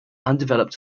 undeveloped